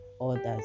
others